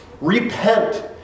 Repent